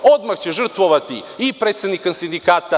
Odmah će žrtvovati i predsednika sindikata.